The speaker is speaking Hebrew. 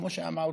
כמו שאמרתי,